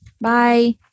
Bye